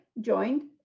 joined